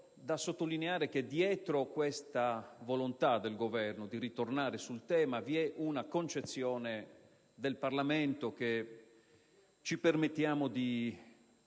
pregiudiziale, dietro la volontà del Governo di ritornare sul tema vi è una concezione del Parlamento che ci permettiamo di